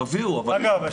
אבל --- אגב,